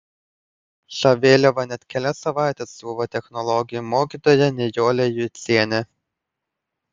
šią vėliavą net kelias savaites siuvo technologijų mokytoja nijolė jucienė